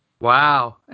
Wow